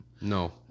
No